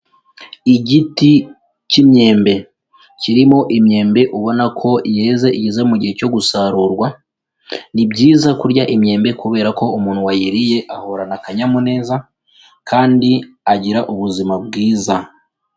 Igiti cy'imyembe, kirimo imyembe ubona ko yeze igeze mu gihe cyo gusarurwa, ni byiza kurya imyembe kubera ko umuntu wayiriye ahorana akanyamuneza kandi agira ubuzima bwiza.